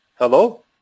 hello